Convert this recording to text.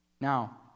Now